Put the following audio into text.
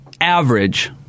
average